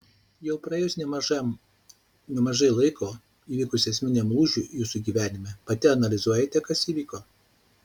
jau praėjus nemažai laiko įvykus esminiam lūžiui jūsų gyvenime pati analizuojate kas įvyko